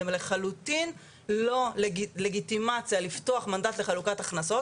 לחלוטין לא לגיטימציה לפתוח מנדט לחלוקת הכנסות.